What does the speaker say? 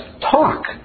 talk